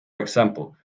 example